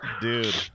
dude